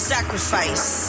Sacrifice